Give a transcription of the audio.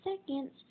seconds